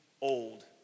old